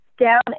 down